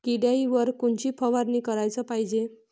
किड्याइवर कोनची फवारनी कराच पायजे?